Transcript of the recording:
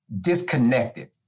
disconnected